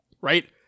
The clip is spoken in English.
right